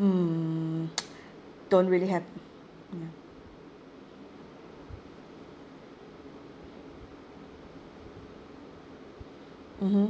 mm don't really have ya mmhmm